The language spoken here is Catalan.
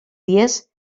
dies